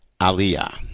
Aliyah